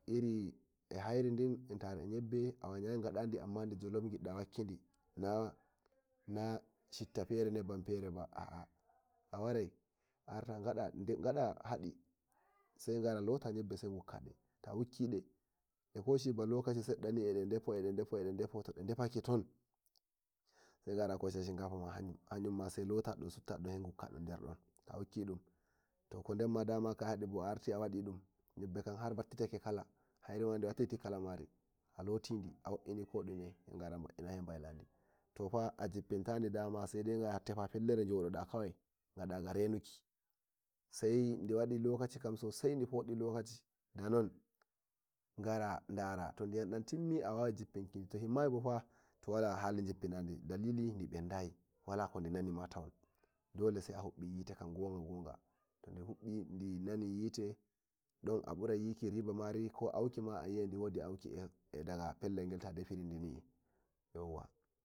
irin hairi etare eyebbe awayayi gaɗadi amma ɗijolof gidda wakkidi na cittafere nebban fere ba a warai arta gada vhadi sagara lota yebbe sai gukkade ta wakkide dekoshi balokaci seddani ede defo tode defeke ton saga kosha shika famada suttadu sai lotadun sai gukkadun der dun ta wukki dun to koden ma kaya hadi kam a arti awukkidu kodenma yebbe kam battiti kala hairima diwatiti kala maria lotidi a wo'eni kodume saigara sai bailadi to fa a gibpinadi sai tofa pelkel gara jododa kawai gada garenu ki sai duwadi lokaci cam sosai di fodo lokaci da gara dara to diyam dan timmi a wawai jippin kini to niyam timmayi ba awala hali jippin kidi dalili di bendayi wala kodi nani ma tau dole sai a hubi yite kan goga goga dinani yite don a burai yiki riba mari ko auki mari a yi'ai diwodi auki daga defuki.